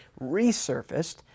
resurfaced